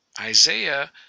Isaiah